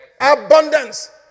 Abundance